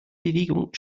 bewegung